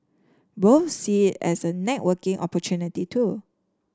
both see it as a networking opportunity too